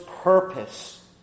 purpose